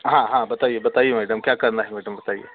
हाँ हाँ बताइए बताइए मैडम क्या करना है मैडम बताइए